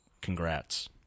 congrats